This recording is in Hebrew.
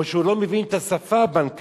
או שהוא לא מבין את השפה הבנקאית,